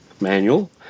manual